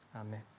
Amen